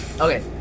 Okay